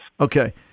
Okay